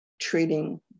treating